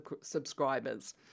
subscribers